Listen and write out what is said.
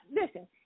listen